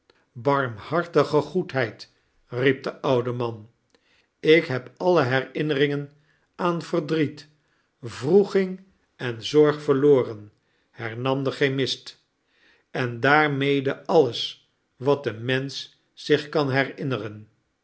barmhartige goedheid riep de oude man ik heb alle herinneringen aan verdriet wroeging en zorg verloren hernam de chemist en daarmede alles wat een mensch zich kan heirinneren